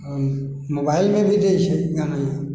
मोबाइलमे भी दै छै गाना ई